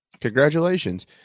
Congratulations